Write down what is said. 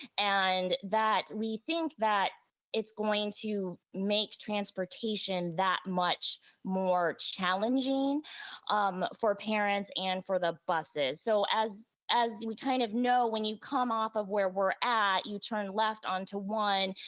and that we think that it's going to make transportation that much more challenging um for parents and for the buses. so as as we kind of know, when you come off of where we're at, you turn left on to one,